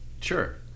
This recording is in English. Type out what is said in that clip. Sure